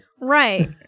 Right